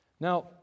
Now